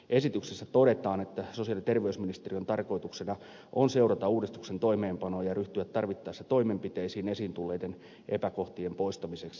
esityksessä todetaan että sosiaali ja terveysministeriön tarkoituksena on seurata uudistuksen toimeenpanoa ja ryhtyä tarvittaessa toimenpiteisiin esiin tulleiden epäkohtien poistamiseksi